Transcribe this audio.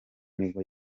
nibwo